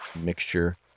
mixture